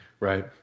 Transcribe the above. Right